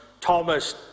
Thomas